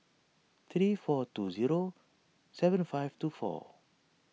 three four two zero seven five two four